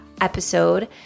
episode